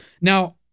Now